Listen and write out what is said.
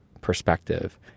perspective